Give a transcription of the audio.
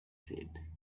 said